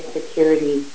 security